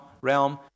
realm